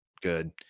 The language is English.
good